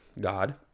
God